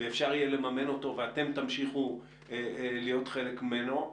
אפשר יהיה לממן אותו ואתם תמשיכו להיות חלק ממנו.